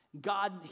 God